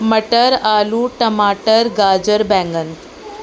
مٹر آلو ٹماٹر گاجر بگن